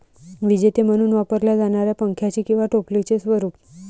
विजेते म्हणून वापरल्या जाणाऱ्या पंख्याचे किंवा टोपलीचे स्वरूप